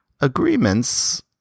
Agreements